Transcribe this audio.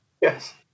Yes